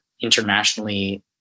internationally